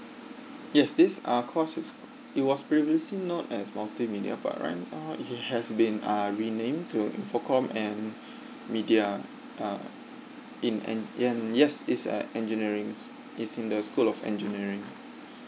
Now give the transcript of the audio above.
yes this uh course is it was previously known as multimedia but right now it has been uh renamed to infocomm and media uh uh in and and yes it's a engineering it's in the school of engineering